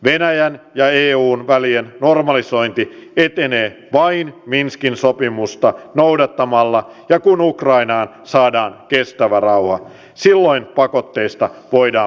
venäjän ja eun välien normalisointi etenee vain minskin sopimusta noudattamalla ja kun ukrainaan saadaan kestävä rauha silloin pakotteista voidaan päästä eroon